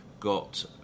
got